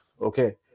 okay